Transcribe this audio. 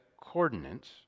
coordinates